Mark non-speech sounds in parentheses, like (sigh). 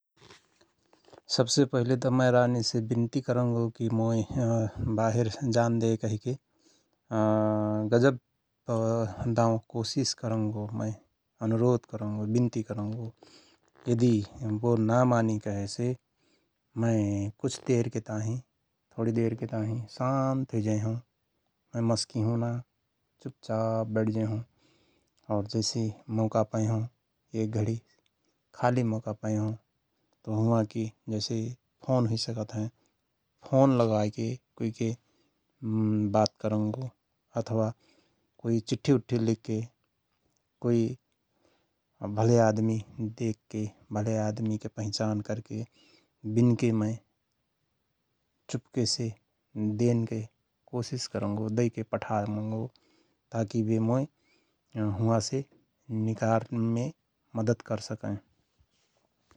सवसे पहिले त रानीसे विन्ती करंगो कि मोय (hesitation) बाहिर जानदेय कहिके (hesitation) गजव (hesitation) दाओं कोशिस करंगो । मय अनुरोध करंगो विनति करंगो यदि बो नामानि कहेसे मय कुछ देरके ताहिँ थोणी देरके ताहिँ शान्त हुईजय हओं । मय मस्किहुंना चुपचाप बैठजएहओं और जैसि मौका पएहओं एकघणी खाली मौका पएहओं तओ हुआंकि जैसे फोन हुई सकत हयँ फोन लगाएके कुइके (hesitation) बात करंगो अथवा कुइ चिठी उठ्ठी लिखके कुई भले आदमि देखके भले आदमिके पहिचान करके विनके मय चुपके से देनके कोसिस करंगो दैके पठामंगो ताकि बे मोय हुआंसे निकारनमे मद्दत करसकयं ।